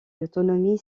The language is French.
l’autonomie